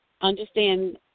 Understand